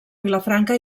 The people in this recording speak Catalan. vilafranca